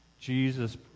Jesus